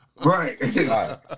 Right